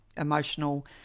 emotional